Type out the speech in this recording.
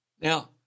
Now